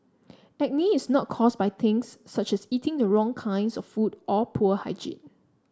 acne is not caused by things such as eating the wrong kinds of food or poor hygiene